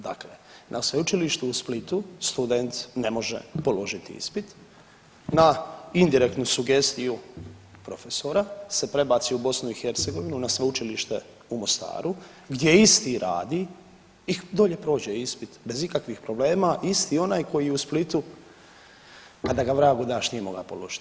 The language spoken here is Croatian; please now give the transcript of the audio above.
Dakle, na Sveučilištu u Splitu student ne može položit ispit, na indirektnu sugestiju profesora se prebaci u BiH na Sveučilište u Mostaru gdje isti radi i dolje prođe ispit bez ikakvih problema isti onaj koji je u Splitu kada ga vragu daš nije mogao položit.